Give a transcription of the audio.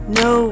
no